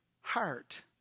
heart